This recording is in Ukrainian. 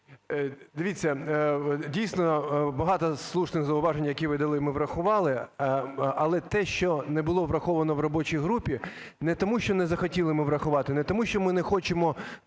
дивіться, дійсно, багато слушних зауважень, які ви дали, ми врахували. Але те, що не було враховано в робочій групі, не тому що не захотіли ми врахувати, не тому що ми не хочемо